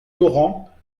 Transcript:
laurent